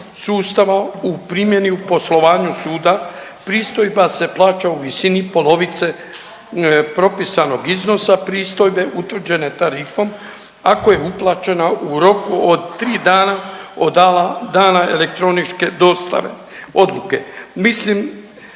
sustava u primjeni u poslovanju suda pristojba se plaća u visini polovice propisanog iznosa pristojbe utvrđene tarifom ako je uplaćena u roku od 3 dana od dana elektroničke dostave odluke. Mislim